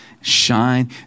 shine